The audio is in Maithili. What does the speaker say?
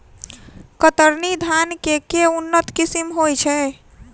कतरनी धान केँ के उन्नत किसिम होइ छैय?